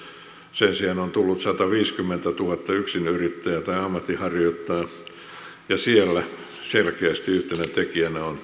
sen sijaan on tullut sataviisikymmentätuhatta yksinyrittäjää tai ammatinharjoittajaa ja siellä selkeästi yhtenä tekijänä ovat